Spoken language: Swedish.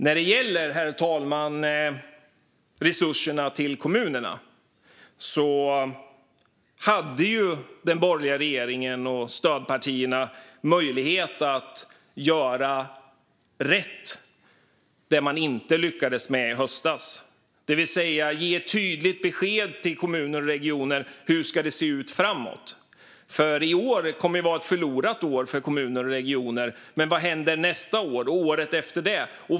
När det gäller resurser till kommunerna hade den borgerliga regeringen och stödpartiet möjlighet att göra det de inte lyckades med i höstas, det vill säga ge ett tydligt besked till kommuner och regioner om hur det ska se ut framåt. År 2023 kommer att vara ett förlorat år för kommuner och regioner, men var händer nästa år och året efter det?